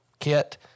Kit